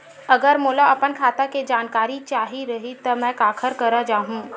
अगर मोला अपन खाता के जानकारी चाही रहि त मैं काखर करा जाहु?